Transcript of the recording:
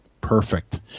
Perfect